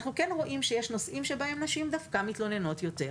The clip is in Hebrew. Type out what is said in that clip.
אנחנו כן רואים שיש נושאים שבהם נשים דווקא מתלוננות יותר.